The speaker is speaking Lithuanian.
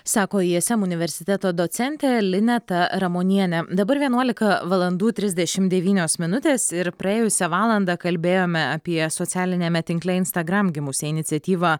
sako ism universiteto docentė lineta ramonienė dabar vienuolika valandų trisdešim devynios minutės ir praėjusią valandą kalbėjome apie socialiniame tinkle instagram gimusią iniciatyvą